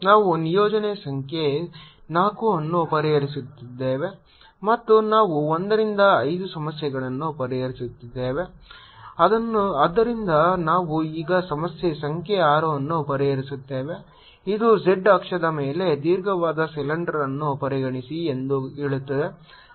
ನಾವು ನಿಯೋಜನೆ ಸಂಖ್ಯೆ 4 ಅನ್ನು ಪರಿಹರಿಸುತ್ತಿದ್ದೇವೆ ಮತ್ತು ನಾವು 1 ರಿಂದ 5 ಸಮಸ್ಯೆಗಳನ್ನು ಪರಿಹರಿಸಿದ್ದೇವೆ ಆದ್ದರಿಂದ ನಾವು ಈಗ ಸಮಸ್ಯೆ ಸಂಖ್ಯೆ 6 ಅನ್ನು ಪರಿಹರಿಸುತ್ತೇವೆ ಇದು z ಅಕ್ಷದ ಮೇಲೆ ದೀರ್ಘವಾದ ಸಿಲಿಂಡರ್ ಅನ್ನು ಪರಿಗಣಿಸಿ ಎಂದು ಹೇಳುತ್ತದೆ